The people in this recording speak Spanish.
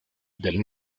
del